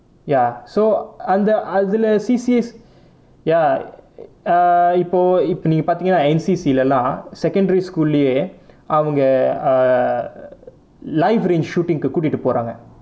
ya so அந்த அதுலை:antha athulai C_C_A ya uh இப்போ இப்போ நீங்க பார்த்தீங்கனா:ippo ippo neenga paarteenganaa N_C_C ளைலாம்:lailaam secondary school ளேயே அவங்க:laeyae avanaga err live range shooting கு கூடிட்டு போராங்க:ku koodittu poraanga